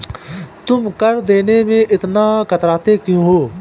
तुम कर देने में इतना कतराते क्यूँ हो?